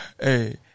Hey